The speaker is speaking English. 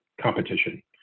competition